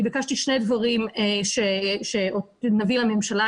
אני ביקשתי שני דברים שנביא לממשלה.